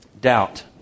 Doubt